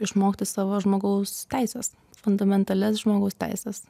išmokti savo žmogaus teises fundamentalias žmogaus teises